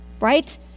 Right